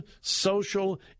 social